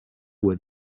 would